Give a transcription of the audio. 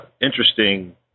interesting